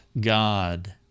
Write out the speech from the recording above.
God